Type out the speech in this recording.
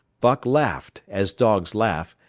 buck laughed, as dogs laugh,